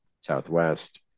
Southwest